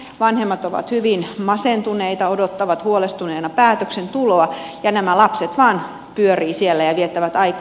vanhemmat ovat hyvin masentuneita odottavat huolestuneina päätöksen tuloa ja nämä lapset vain pyörivät siellä ja viettävät aikaa